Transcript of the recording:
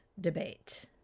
debate